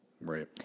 Right